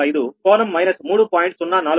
98265 కోణం మైనస్ 3